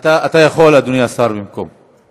אתה יכול, אדוני השר, במקום.